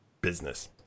business